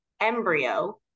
embryo